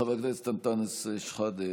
חבר הכנסת אנטנס שחאדה,